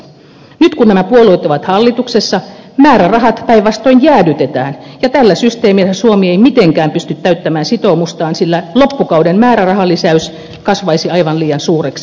nyt kun nämä puolueet ovat hallituksessa määrärahat päinvastoin jäädytetään ja tällä systeemillä suomi ei mitenkään pysty täyttämään sitoumustaan sillä loppukauden määrärahalisäys kasvaisi aivan liian suureksi